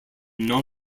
non